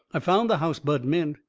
i found the house bud meant,